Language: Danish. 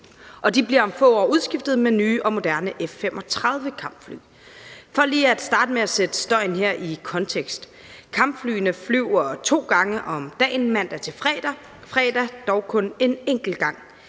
og de bliver om få år udskiftet med nye og moderne F-35-kampfly. For lige at starte med at sætte støjen her i kontekst: Kampflyene flyver to gange om dagen mandag til fredag, fredag dog kun en enkelt gang.